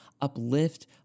uplift